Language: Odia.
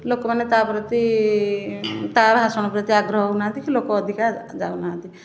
ଲୋକମାନେ ତା ପ୍ରତି ତା ଭାଷଣ ପ୍ରତି ଆଗ୍ରହ ହେଉନାହାଁନ୍ତି କି ଲୋକ ଅଧିକା ଯାଉନାହାଁନ୍ତି